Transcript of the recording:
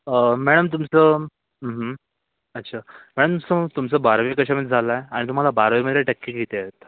अं ma'am तुमचं अच्छा ma'am स तुमचं बारावी कशामध्ये झालं आहे आणि तुम्हाला बारावीमध्ये टक्के किती आहेत